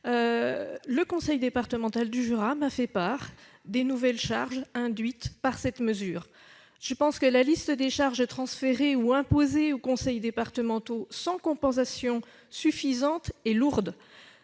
Le conseil départemental du Jura m'a fait part des nouvelles charges induites par cette mesure. La liste des charges transférées ou imposées aux conseils départementaux sans compensation suffisante est lourde.